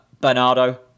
Bernardo